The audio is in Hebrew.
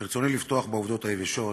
ברצוני לפתוח בעובדות היבשות,